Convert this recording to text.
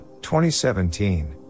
2017